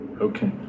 Okay